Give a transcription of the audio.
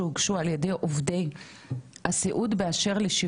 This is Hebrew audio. באשר לשיהוי ביציאה מהארץ בשל חוסר ודאות,